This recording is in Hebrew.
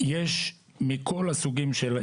יש מכל הסוגים,